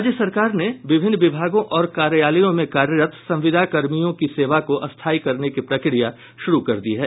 राज्य सरकार ने विभिन्न विभागों और कार्यालयों में कार्यरत संविदा कर्मियों की सेवा को स्थायी करने की प्रक्रिया शुरू कर दी है